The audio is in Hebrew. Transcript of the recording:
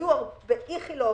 באיכילוב,